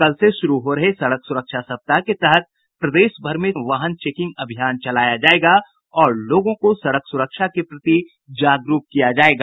कल से शुरू हो रहे सड़क सुरक्षा सप्ताह के तहत प्रदेशभर में सघन वाहन चेकिंग अभियान चलाया जायेगा और लोगों को सड़क सुरक्षा के प्रति जागरूक किया जायेगा